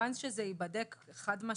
המקרה ייבדק חד משמעית.